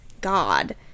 God